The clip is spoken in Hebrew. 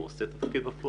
הוא עושה את התפקיד בפועל.